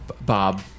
Bob